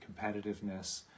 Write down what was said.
competitiveness